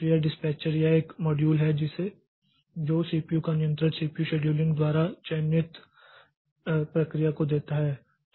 तो यह डिस्पैचर यह वह मॉड्यूल है जो सीपीयू का नियंत्रण सीपीयू शेड्यूलिंग द्वारा चयनित प्रक्रिया को देता है